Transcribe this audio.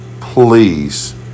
please